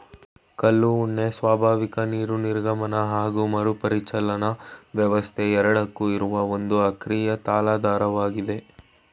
ಕಲ್ಲು ಉಣ್ಣೆ ಸ್ವಾಭಾವಿಕ ನೀರು ನಿರ್ಗಮನ ಹಾಗು ಮರುಪರಿಚಲನಾ ವ್ಯವಸ್ಥೆ ಎರಡಕ್ಕೂ ಇರುವ ಒಂದು ಅಕ್ರಿಯ ತಲಾಧಾರವಾಗಿದೆ